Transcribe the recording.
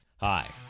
Hi